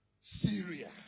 Syria